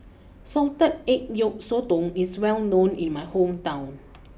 Salted Egg Yolk Sotong is well known in my hometown